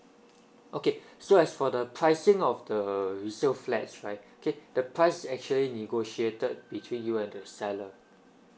okay so as for the pricing of the resale flats right okay the price actually negotiated between you and the seller